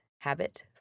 habit